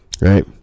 right